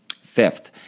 Fifth